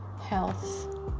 health